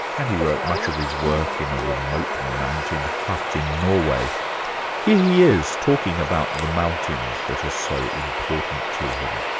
and he wrote much of his work in a remote mountain hut in norway. here he is, talking about the mountains that are so important to him.